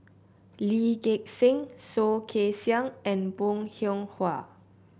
Lee Gek Seng Soh Kay Siang and Bong Hiong Hwa